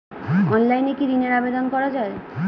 অনলাইনে কি ঋনের আবেদন করা যায়?